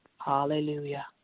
Hallelujah